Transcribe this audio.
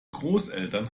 großeltern